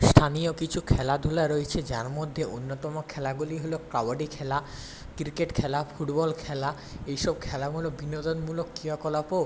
স্থানীয় কিছু খেলাধুলা রয়েছে যার মধ্যে অন্যতম খেলাগুলি হলো কাবাডি খেলা ক্রিকেট খেলা ফুটবল খেলা এইসব খেলাগুলো বিনোদনমূলক কিয়াকলাপও